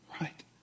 right